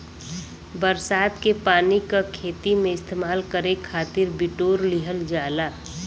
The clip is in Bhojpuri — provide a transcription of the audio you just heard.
बरसात के पानी क खेती में इस्तेमाल करे खातिर बिटोर लिहल जाला